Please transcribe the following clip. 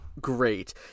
great